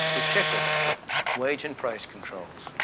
particularly wage and price control.